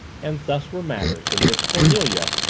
and thus were matters when miss cornelia,